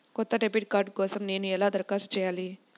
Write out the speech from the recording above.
కొత్త debit card కోసం నేను ఎలా దరఖాస్తు చేయాలి?